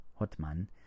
Hotman